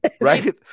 right